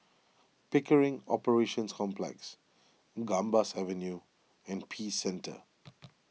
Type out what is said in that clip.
Pickering Operations Complex Gambas Avenue and Peace Centre